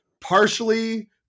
partially